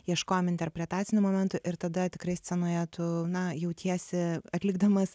ieškojom interpretacinių momentų ir tada tikrai scenoje tu na jautiesi atlikdamas